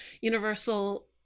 Universal